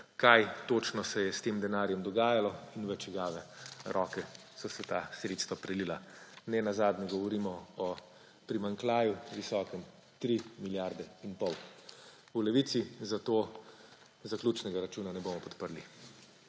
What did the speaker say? kaj točno se je s tem denarjem dogajalo in v čigave roke so se ta sredstva prelila. Nenazadnje govorimo o primanjkljaju, visokem 3 milijarde in pol. V Levici zato zaključnega računa ne bomo podprli.